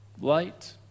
Light